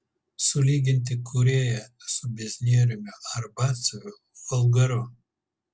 sulyginti kūrėją su biznieriumi ar batsiuviu vulgaru